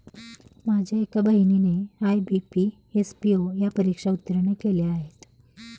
माझ्या एका बहिणीने आय.बी.पी, एस.पी.ओ या परीक्षा उत्तीर्ण केल्या आहेत